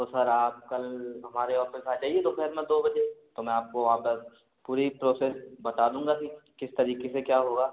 तो सर आप कल हमारे औफीस आ जाइए दोपहर में दो बजे तो मैं आपको वहाँ पर पूरा प्रौसेस बता दूँगा कि किस तरीक़े से क्या होगा